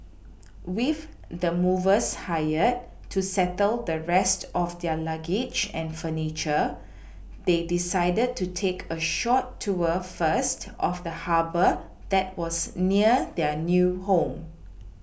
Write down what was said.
with the movers hired to settle the rest of their luggage and furniture they decided to take a short tour first of the Harbour that was near their new home